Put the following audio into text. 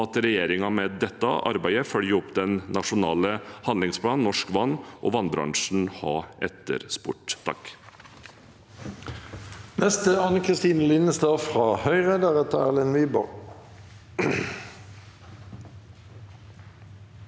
regjeringen med dette arbeidet følger opp den nasjonale handlingsplanen Norsk Vann og vannbransjen har etterspurt.